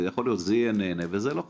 ויכול להיות שזה יהיה נהנה וזה לא חסר.